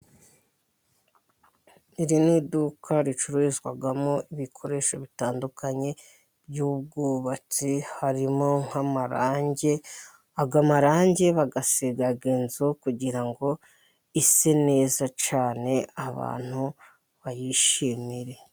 Iri ni iduka ricururizwamo ibikoresho bitandukanye by'ubwubatsi. Harimo nk'amarangi. Aya marangi bayasiga inzu kugira ngo ise neza cyane, abantu bayishimire.